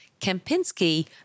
Kempinski